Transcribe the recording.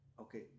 okay